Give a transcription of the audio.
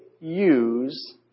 use